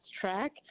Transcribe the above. track